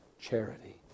charity